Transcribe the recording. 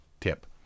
tip